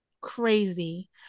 crazy